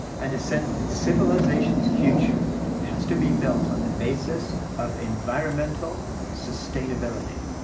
and a sense that civilization's future has to be built on the basis of environmental sustainability.